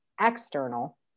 external